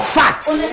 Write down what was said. facts